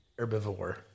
herbivore